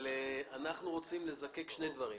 אנחנו רוצים לזקק שני דברים.